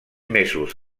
mesos